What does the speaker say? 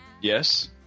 Yes